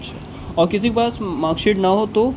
اچھا اور کسی کے پاس مارک شیٹ نہ ہو تو